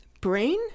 brain